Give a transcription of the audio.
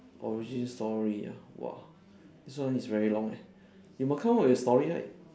origin story ah !wah! this one is very long eh you must come out with a story right